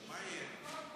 מה יהיה?